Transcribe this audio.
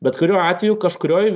bet kuriuo atveju kažkurioj